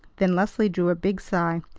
then leslie drew a big sigh.